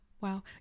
Wow